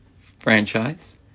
franchise